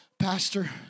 pastor